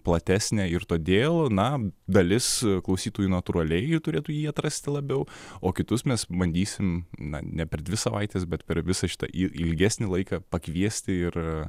platesnė ir todėl na dalis klausytojų natūraliai turėtų jį atrasti labiau o kitus mes bandysim na ne per dvi savaites bet per visą šitą į ilgesnį laiką pakviesti ir